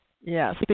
Yes